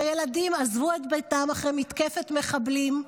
שהילדים עזבו את ביתם אחרי מתקפת מחבלים,